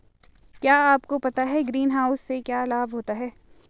क्या आपको पता है ग्रीनहाउस से क्या लाभ होता है?